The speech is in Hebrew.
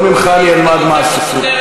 לא ממך אני אלמד משהו.